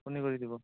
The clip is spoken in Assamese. আপুনি কৰি দিব